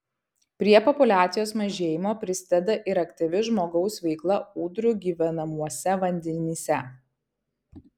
prie populiacijos mažėjimo prisideda ir aktyvi žmogaus veikla ūdrų gyvenamuose vandenyse